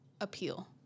appeal